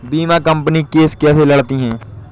बीमा company case कैसे लड़ती है?